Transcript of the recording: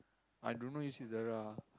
I don't know use Eudora